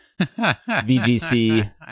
VGC